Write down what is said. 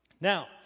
Now